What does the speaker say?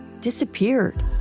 disappeared